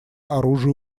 оружию